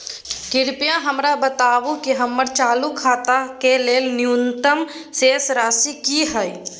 कृपया हमरा बताबू कि हमर चालू खाता के लेल न्यूनतम शेष राशि की हय